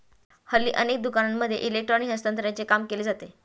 हल्ली अनेक दुकानांमध्ये इलेक्ट्रॉनिक हस्तांतरणाचे काम केले जाते